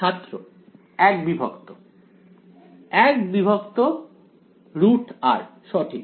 ছাত্র 1 বিভক্ত 1√r সঠিক